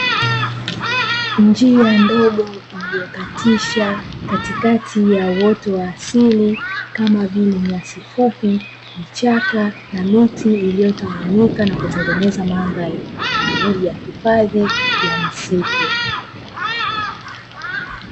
Njia ndogo iliyokatisha katikati ya uoto wa asili kama vile nyasi fupi, vichaka na miti iliyotawanyika na kutengeneza mandhari kwa ajili ya hifadhi ya misitu.